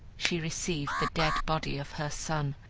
she received the dead body of her son,